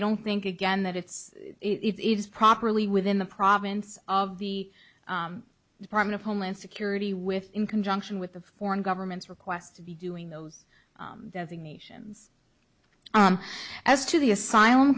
don't think again that it's it is properly within the province of the department of homeland security with in conjunction with the foreign governments request to be doing those nations as to the asylum